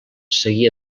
seguir